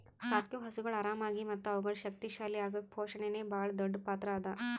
ಸಾಕಿವು ಹಸುಗೊಳ್ ಆರಾಮಾಗಿ ಮತ್ತ ಅವುಗಳು ಶಕ್ತಿ ಶಾಲಿ ಅಗುಕ್ ಪೋಷಣೆನೇ ಭಾಳ್ ದೊಡ್ಡ್ ಪಾತ್ರ ಅದಾ